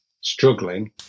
struggling